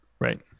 Right